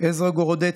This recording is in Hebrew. עזרא גורודצקי,